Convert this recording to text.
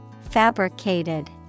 Fabricated